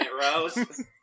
Rose